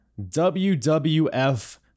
WWF